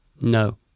No